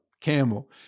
camel